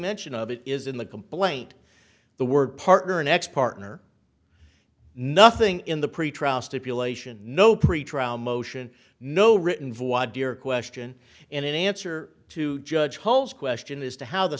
mention of it is in the complaint the word partner an ex partner nothing in the pretrial stipulation no pretrial motion no written question and in answer to judge holes question as to how the